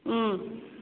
ꯎꯝ